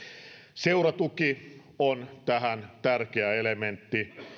seuratuki on tähän tärkeä elementti